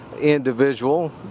individual